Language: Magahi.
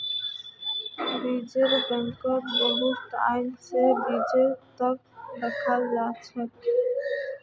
बीज बैंकत फसलेर बीजक लंबा टाइम तक स्टोर करे रखाल जा छेक